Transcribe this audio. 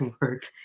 work